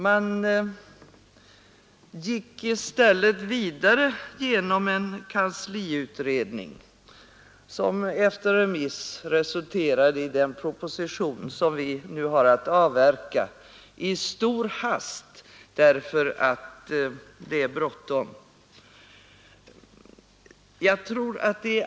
Man gick i stället vidare genom en kansliutredning, som efter remiss resulterade i den proposition som vi nu har att avverka — i stor hast därför att det är bråttom nu.